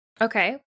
Okay